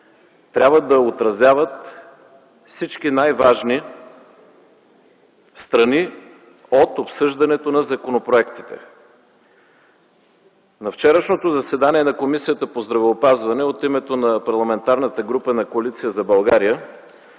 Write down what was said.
трябва да отразяват всички най-важни страни от обсъждането на законопроекта. На вчерашното заседание на Комисията по здравеопазване от името на Парламентарната група на Коалиция за България